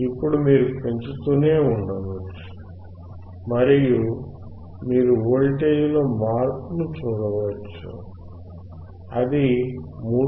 ఇప్పుడు మీరు పెంచుతూనే ఉండవచ్చు మరియు మీరు వోల్టేజ్లో మార్పును చూడవచ్చు అది 3